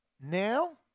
now